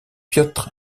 piotr